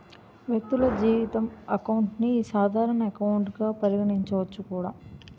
వ్యక్తులు జీతం అకౌంట్ ని సాధారణ ఎకౌంట్ గా పరిగణించవచ్చు కూడా